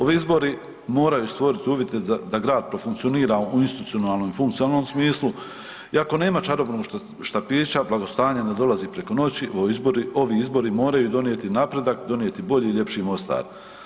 Ovi izbori moraju stvorit uvjete da grad profunkcionira u institucionalnom i funkcionalnom smislu iako nema čarobnog štapića blagostanje ne dolazi preko noći, ovi izbori moraju donijeti napredak, donijeti bolji i ljepši Mostar.